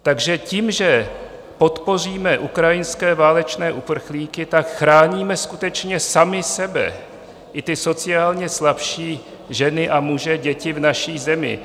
Takže tím, že podpoříme ukrajinské válečné uprchlíky, chráníme skutečně sami sebe, i ty sociálně slabší ženy a muže a děti v naší zemi.